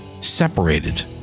separated